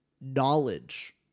Knowledge